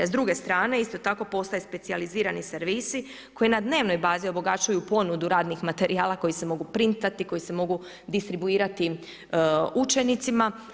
S druge strane, isto tako postoje specijalizirani servisi koji na dnevnoj bazi obogaćuju ponudu radnih materijala koji se mogu printati, koji s mogu distribuirati učenicima.